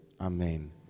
Amen